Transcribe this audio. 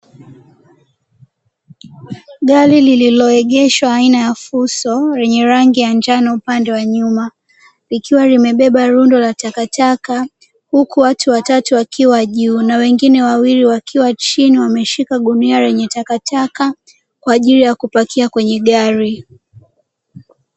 Gari lililoegeshwa aina ya fuso lenye rangi ya njano upande wa nyuma, likiwa limebeba rundo la takataka huku watu watatu wakiwa juu, na wengine wawili wakiwa chini wameshika gunia lenye takataka kwaajili ya kupakia kwenye gari.